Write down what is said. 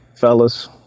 Fellas